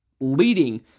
leading